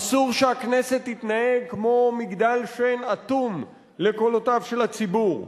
אסור שהכנסת תתנהג כמו מגדל שן אטום לקולותיו של הציבור,